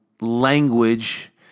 language